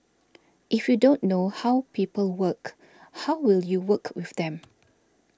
if you don't know how people work how will you work with them